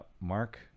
Mark